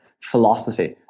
philosophy